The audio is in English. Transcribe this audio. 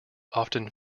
often